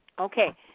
Okay